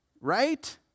Right